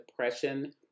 depression